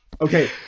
okay